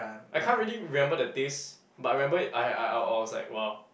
I can't really remember the taste but I remember it I I I I was like !wow!